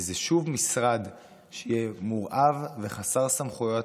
כי זה, שוב, משרד מורעב וחסר סמכויות,